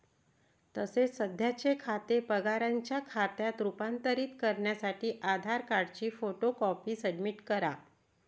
तसेच सध्याचे खाते पगाराच्या खात्यात रूपांतरित करण्यासाठी आधार कार्डची फोटो कॉपी सबमिट करा